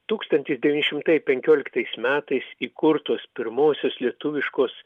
tūkstantis devyni šimtai penkioliktais metais įkurtos pirmosios lietuviškos